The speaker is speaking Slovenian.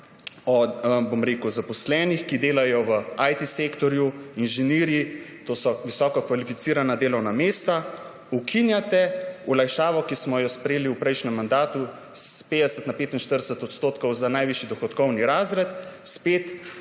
o zaposlenih, ki delajo v IT sektorju, inženirji, to so visoko kvalificirana delovna mesta. Ukinjate olajšavo, ki smo jo sprejeli v prejšnjem mandatu, s 50 % na 45 % za najvišji dohodkovni razred. Spet